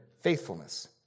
faithfulness